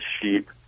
sheep